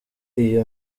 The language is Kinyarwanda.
iyo